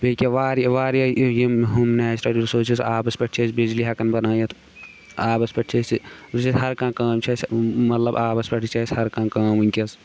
بیٚیہِ کیاہ وار واریاہ یِم ہُم نیچرَل رِسورسٕز چھِ أسۍ آبَس پٮ۪ٹھ چھِ أسۍ بَجلی ہٮ۪کان بَنٲیِتھ آبس پٮ۪ٹھ چھِ أسۍ ہر کانٛہہ کٲم یہِ چھِ أسۍ مطلب آبس پٮ۪ٹھ یہِ چھِ اسہِ ہر کانٛہہ کٲم ؤنٛکیٚس